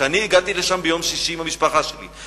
כשאני הגעתי לשם ביום שישי עם המשפחה שלי,